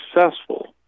successful